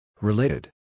Related